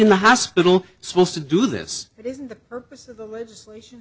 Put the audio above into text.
in the hospital supposed to do this isn't the purpose of the legislation